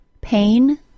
Pain